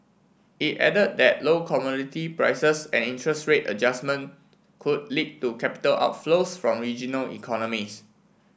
it added that low commodity prices and interest rate adjustment could lead to capital outflows from regional economies